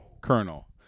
Colonel